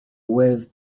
waves